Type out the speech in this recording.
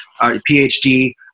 phd